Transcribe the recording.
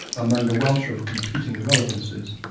among a welter of competing irrelevancies.